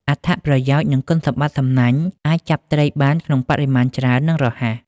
អត្ថប្រយោជន៍ និងគុណសម្បត្តិសំណាញ់អាចចាប់ត្រីបានក្នុងបរិមាណច្រើន និងរហ័ស។